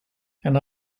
and